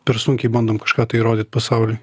per sunkiai bandom kažką tai įrodyt pasauliui